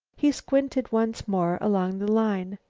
he squinted once more along the line.